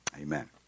Amen